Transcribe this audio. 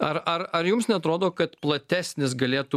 ar ar ar jums neatrodo kad platesnis galėtų